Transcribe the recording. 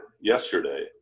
yesterday